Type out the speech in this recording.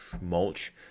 mulch